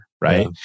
right